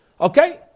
okay